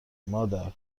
مادر